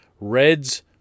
Reds